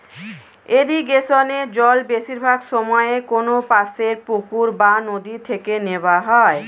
ইরিগেশনে জল বেশিরভাগ সময়ে কোনপাশের পুকুর বা নদি থেকে নেওয়া হয়